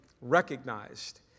recognized